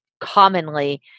commonly